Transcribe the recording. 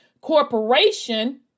corporation